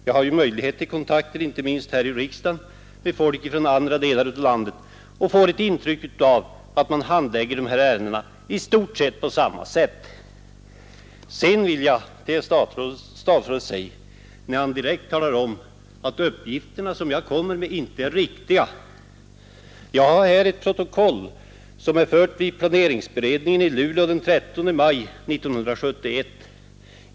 Jag har möjlighet till kontakter — inte minst här i riksdagen — med folk från andra delar av landet och får ett intryck av att man handlägger de här ärendena i stort sett på samma sätt överallt. När statsrådet direkt talar om att de uppgifter som jag kommer med inte är riktiga, vill jag säga att jag här har ett protokoll som är fört i planeringsberedningen i Luleå den 13 maj 1971.